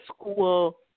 school